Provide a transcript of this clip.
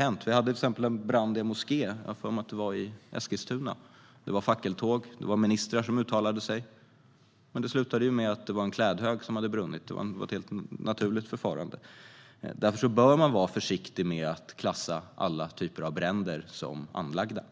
Till exempel var det en brand i en moské. Jag tror att det var i Eskilstuna. Det blev fackeltåg, och ministrar uttalade sig. Det visade sig dock vara en klädhög som hade börjat brinna och alltså ett helt naturligt förlopp. Därför bör vi vara försiktiga med att klassa alla bränder som anlagda.